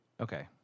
Okay